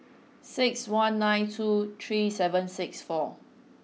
six one nine two three seven six four